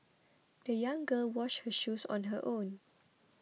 the young girl washed her shoes on her own